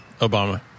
Obama